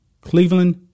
Cleveland